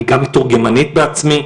אני גם מתורגמנית בעצמי.